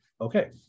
okay